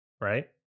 right